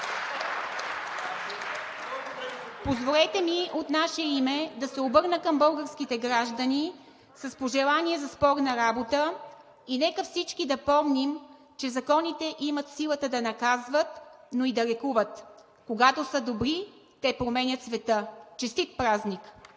Позволете ми от наше име да се обърна към българските граждани с пожелание за спорна работа и нека всички да помним, че законите имат силата да наказват, но и да лекуват. Когато са добри, те променят света. Честит празник!